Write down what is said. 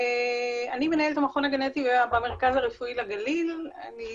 אני מנהלת את המכון הגנטי במרכז הרפואי לגליל, אני